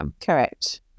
Correct